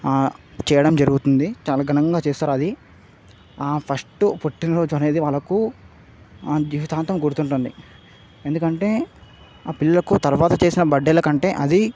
చేయడం జరుగుతుంది చాలా ఘనంగా చేస్తారది ఆ ఫస్ట్ పుట్టినరోజు అనేది వాళ్ళకు జీవితాంతం గుర్తుంటుంది ఎందుకంటే ఆ పిల్లకు తర్వాత చేసిన బర్త్డేలకంటే అది